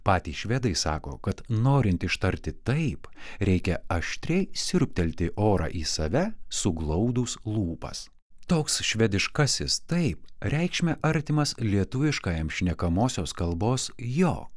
patys švedai sako kad norint ištarti taip reikia aštriai siurbtelti orą į save suglaudus lūpas toks švediškasis taip reikšme artimas lietuviškajam šnekamosios kalbos jo